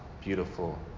beautiful